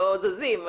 לא זזים,